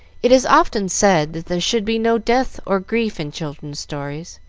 it is often said that there should be no death or grief in children's stories.